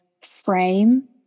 frame